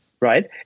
right